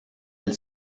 elle